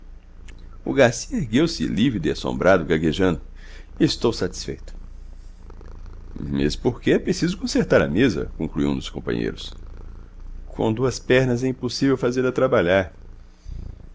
o garcia ergueu-se lívido e assombrado gaguejando estou satisfeito mesmo porque é preciso consertar a mesa concluiu um dos companheiros com duas pernas é impossível fazê-la trabalhar